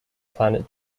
planet